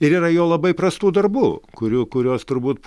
ir yra jo labai prastų darbų kurių kuriuos turbūt